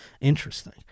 interesting